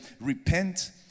Repent